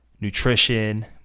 nutrition